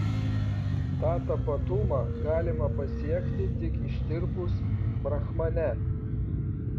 tą tapatumą galima pasiekti tik ištirpus brahmane